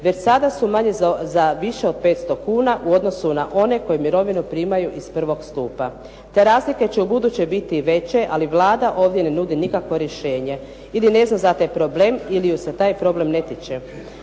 već sada su manje za više od 500 kuna, u odnosu na one koji mirovinu primaju iz prvog stupa. Te razlike će ubuduće biti veće, ali Vlada ovdje ne nudi nikakvo rješenje. Ili ne zna za taj problem, ili ju se taj problem ne tiče.